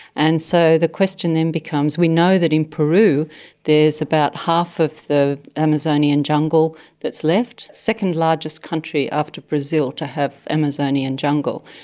and so the question then becomes we know that in peru there's about half of the amazonian jungle that's left, second largest country after brazil to have amazonian jungle.